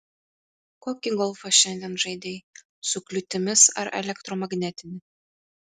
kokį golfą šiandien žaidei su kliūtimis ar elektromagnetinį